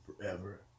forever